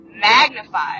magnified